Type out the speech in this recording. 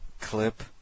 clip